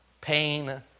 pain